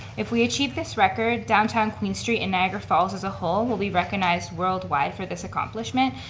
if we achieve this record downtown queens street and niagara falls as a whole will be recognized world wide for this accomplishment.